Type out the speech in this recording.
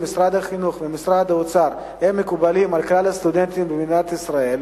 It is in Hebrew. משרד החינוך ועם משרד האוצר הן מקובלות על כלל הסטודנטים במדינת ישראל,